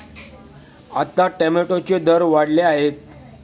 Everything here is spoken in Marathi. आता टोमॅटोचे दर वाढले आहेत